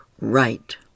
right